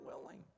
willing